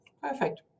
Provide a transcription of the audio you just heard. Perfect